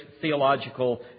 theological